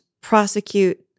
prosecute